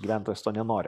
gyventojas to nenori